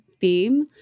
theme